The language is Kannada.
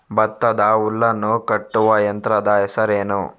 ಭತ್ತದ ಹುಲ್ಲನ್ನು ಕಟ್ಟುವ ಯಂತ್ರದ ಹೆಸರೇನು?